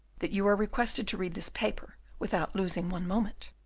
that you are requested to read this paper without losing one moment.